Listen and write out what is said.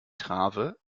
trave